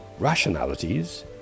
rationalities